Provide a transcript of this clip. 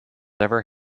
ever